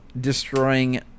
destroying